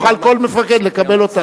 כל מפקד יוכל לקבל אותה.